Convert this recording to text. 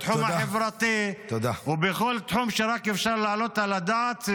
בתחום החברתי ובכל תחום שרק אפשר להעלות על הדעת,